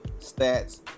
stats